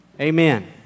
Amen